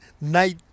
night